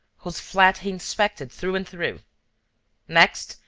whose flat he inspected through and through next,